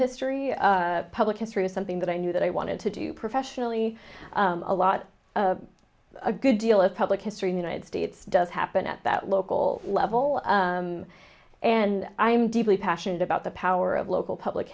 history public history is something that i knew that i wanted to do professionally a lot a good deal of public history in the united states does happen at that local level and i'm deeply passionate about the power of local public